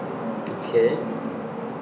okay